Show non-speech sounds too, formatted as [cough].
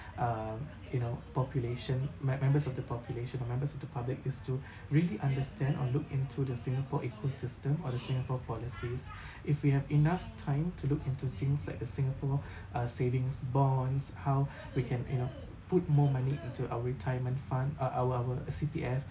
um you know population mem~ members of the population or members of the public is to [breath] really understand or look into the singapore ecosystem or the singapore policies [breath] if you have enough time to look into things like the singapore [breath] uh savings bonds how [breath] we can you know put more money into our retirement fund uh our our C_P_F